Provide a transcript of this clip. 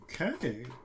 Okay